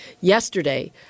Yesterday